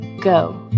Go